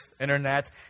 internet